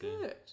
Good